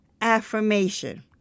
affirmation